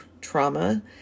trauma